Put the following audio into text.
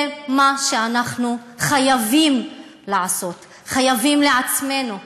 זה מה שאנחנו חייבים לעשות, חייבים לעצמנו,